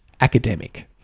academic